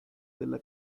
della